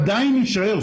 עדיין יישאר.